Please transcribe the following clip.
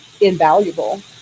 invaluable